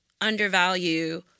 undervalue